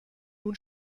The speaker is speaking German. nun